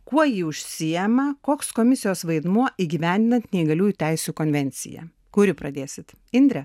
kuo ji užsiėma koks komisijos vaidmuo įgyvendinant neįgaliųjų teisių konvenciją kuri pradėsit indre